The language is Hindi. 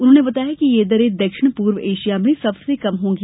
उन्होंने बताया कि यह दरे दक्षिण पूर्व एशिया में सबसे कम होंगी